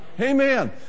amen